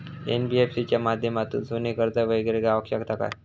NBFC च्या माध्यमातून सोने कर्ज वगैरे गावात शकता काय?